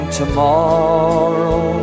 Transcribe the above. tomorrow